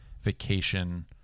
vacation